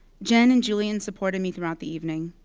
jen and julian supported me throughout the evening.